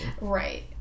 Right